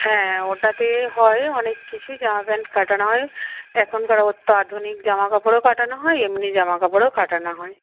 হ্যাঁ ওটাতে হয় অনেক কিছুই জামা প্যান্ট কাটানো হয় এখনকার তো আধুনিক জামা কাপড়ও কাটানো হয় এমনি জামা কাপড়ও কাটানো হয়